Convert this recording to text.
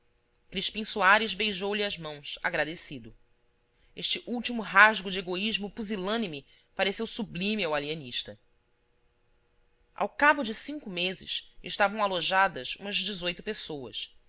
crispim soares beijou-lhe as mãos agradecido este último rasgo de egoísmo pusilânime pareceu sublime ao alienista ao cabo de cinco meses estavam alojadas umas dezoito pessoas